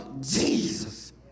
Jesus